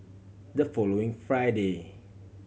the following Friday